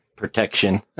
protection